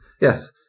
Yes